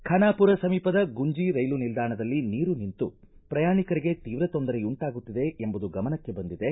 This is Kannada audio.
ಖಾನಾಪುರ ಸಮೀಪದ ಗುಂಜಿ ರೈಲು ನಿಲ್ದಾಣದಲ್ಲಿ ನೀರು ನಿಂತು ಪ್ರಯಾಣಿಕರಿಗೆ ತೀವ್ರ ತೊಂದರೆಯುಂಟಾಗುತ್ತಿದೆ ಎಂಬುದು ಗಮನಕ್ಕೆ ಬಂದಿದೆ